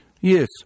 yes